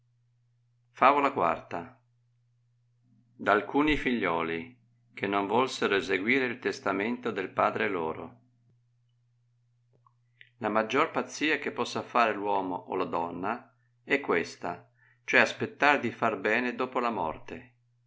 favola da alcuni figliuoli che non volsero esequire il testamento del padre loro la maggior pazzia che possa fare uomo o la donna è questa cioè aspettar di far bene dopo la morte